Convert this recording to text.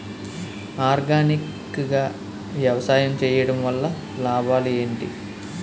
Organic గా వ్యవసాయం చేయడం వల్ల లాభాలు ఏంటి?